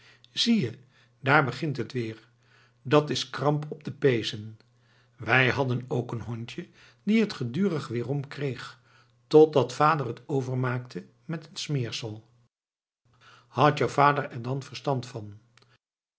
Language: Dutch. zie je daar begint t weer dat's kramp op de pezen wij hadden ook een hond die t gedurig weeromkreeg totdat vader het overmaakte met een smeersel had jou vader er dan verstand van